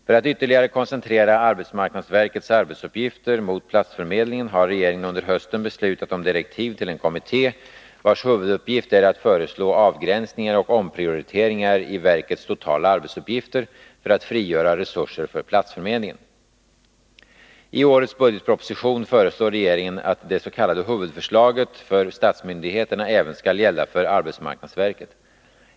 För att ytterligare koncentrera arbetsmarknadsverkets arbetsuppgifter mot platsförmedlingen har regeringen under hösten beslutat om direktiv till en kommitté, vars huvuduppgift är att föreslå avgränsningar och omprioriteringar i verkets totala arbetsuppgifter för att frigöra resurser för platsförmedlingen. I årets budgetproposition föreslår regeringen att det s.k. huvudförslaget för statsmyndigheterna även skall gälla för arbetsmarknadsverket.